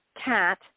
cat